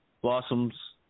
blossoms